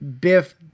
Biff